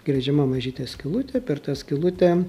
gręžiama mažytė skylutė per tą skylutę